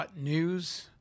News